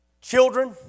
children